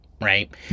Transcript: right